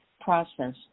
process